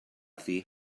thi